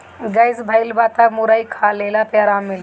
gas भइल बा तअ मुरई खा लेहला से आराम मिली